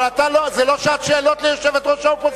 אבל זו לא שעת שאלות ליושבת-ראש האופוזיציה.